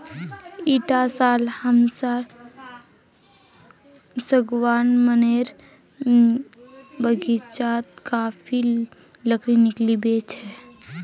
इटा साल हमसार सागवान मनेर बगीचात काफी लकड़ी निकलिबे छे